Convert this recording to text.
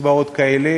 קצבאות כאלה.